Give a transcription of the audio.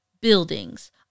buildings